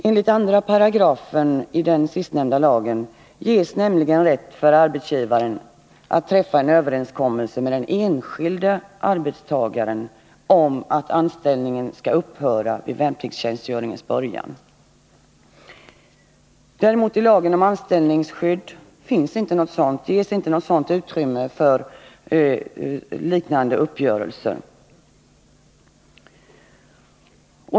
Enligt 2 § i den sistnämnda lagen ges nämligen rätt för arbetsgivaren att träffa överenskommelse med den enskilde arbetstagaren om att anställningen skall upphöra vid värnpliktstjänstgöringens början. I lagen om anställningsskydd ges däremot inte utrymme för sådana uppgörelser.